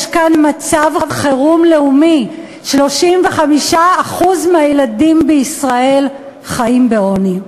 יש כאן מצב חירום לאומי: 35% מהילדים בישראל חיים בעוני.